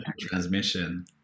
transmission